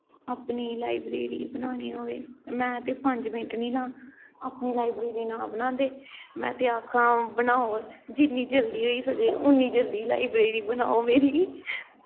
अपनी लाईब्रेरी बनानी होऐ में ते पंज मिंट्ट निं लां अपनी लाईब्रेरी ना बनांदे में ते आक्खां बनाओ जिन्नी जल्दी होई सकै उन्नी जल्दी लाईब्रेरी बनाओ मेरी